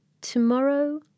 Tomorrow